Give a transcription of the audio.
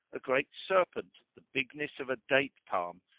a great serpent, the bigness of a date palm,